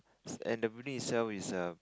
and the building itself is a